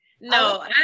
No